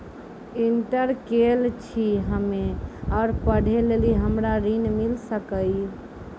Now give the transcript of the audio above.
Inter केल छी हम्मे और पढ़े लेली हमरा ऋण मिल सकाई?